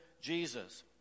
Jesus